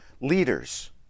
leaders